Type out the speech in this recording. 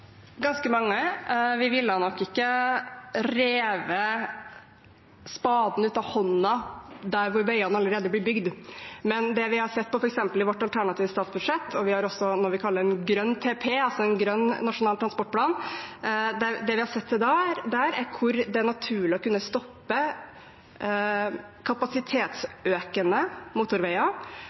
Ganske mange. Vi ville nok ikke revet spaden ut av hånden der hvor veiene allerede blir bygd, men det vi har sett til i f.eks. vårt alternative statsbudsjett – og vi har også noe vi kaller en GrønNTP, altså en grønn nasjonal transportplan – er hvor det er naturlig å stoppe kapasitetsøkende